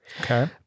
Okay